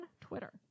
Twitter